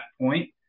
point